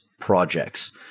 Projects